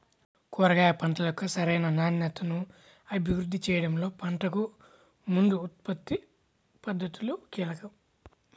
కూరగాయ పంటల యొక్క సరైన నాణ్యతను అభివృద్ధి చేయడంలో పంటకు ముందు ఉత్పత్తి పద్ధతులు కీలకం